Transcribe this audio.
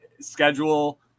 schedule